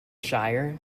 shire